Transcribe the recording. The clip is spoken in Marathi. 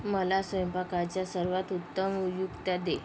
मला स्वयंपाकाच्या सर्वात उत्तम युक्त्या दे